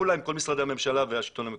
פעולה עם כל משרדי הממשלה והשלטון המקומי.